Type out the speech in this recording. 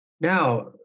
Now